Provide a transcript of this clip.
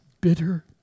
bitter